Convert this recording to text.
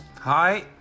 Hi